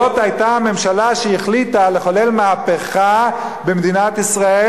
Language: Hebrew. זאת היתה הממשלה שהחליטה לחולל מהפכה במדינת ישראל,